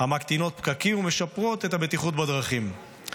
המקטינות פקקים ומשפרות את הבטיחות בדרכים.